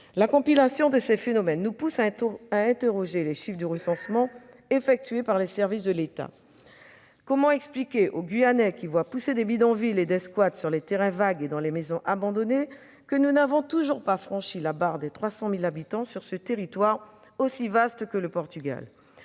La compilation de ces phénomènes nous pousse à interroger les chiffres du recensement effectué par les services de l'État. Comment expliquer aux Guyanais, qui voient pousser des bidonvilles et des squats sur les terrains vagues et dans les maisons abandonnées, que nous n'avons toujours pas franchi la barre des 300 000 habitants sur ce territoire aussi vaste que le Portugal ?